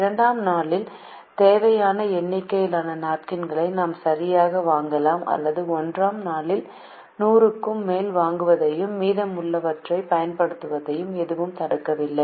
2 ஆம் நாளில் தேவையான எண்ணிக்கையிலான நாப்கின்களை நாம் சரியாக வாங்கலாம் அல்லது 1 ஆம் நாளில் 100 க்கு மேல் வாங்குவதையும் மீதமுள்ளவற்றைப் பயன்படுத்துவதையும் எதுவும் தடுக்கவில்லை